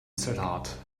salat